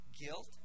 Guilt